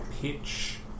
Pitch